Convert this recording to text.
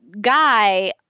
guy